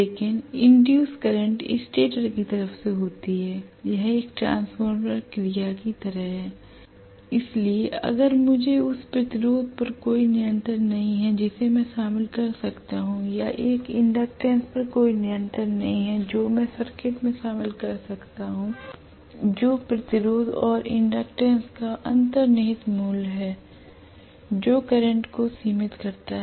लेकिन induced current stator की तरफ से होती है यह एक ट्रांसफार्मर क्रिया की तरह है l इसलिए अगर मुझे उस प्रतिरोध पर कोई नियंत्रण नहीं है जिसे मैं शामिल कर सकता हूं या एक इंडक्टेंस पर कोई नियंत्रण नहीं है जो मैं सर्किट में शामिल कर सकता हूं जो प्रतिरोध और इंडक्टेंस का अंतर्निहित मूल्य है जो करंट को सीमित करता है